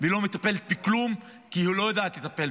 היא לא מטפלת בכלום כי היא לא יודעת לטפל.